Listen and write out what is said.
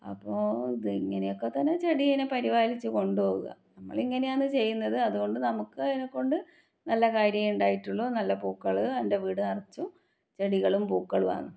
അപ്പോൾ ഇത് ഇങ്ങനെയൊക്കെ തന്നെ ചെടിയെ പരിപാലിച്ച് കൊണ്ട് പോവുക നമ്മളിങ്ങനെയാണ് ചെയ്യുന്നത് അതുകൊണ്ട് നമുക്ക് അതിനെകൊണ്ട് നല്ല കാര്യമേ ഉണ്ടായിട്ടുള്ളൂ നല്ല പൂക്കൾ എൻ്റെ വീട് നിറച്ചും ചെടികളും പൂക്കളും ആണ്